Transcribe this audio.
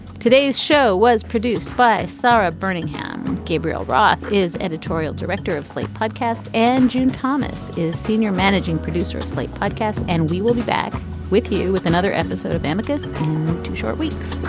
today's show was produced by sara berninger. gabriel roth is editorial director of slate podcast and june thomas is senior managing producer of slate podcast and we will be back with you with another episode of tamika's two short weeks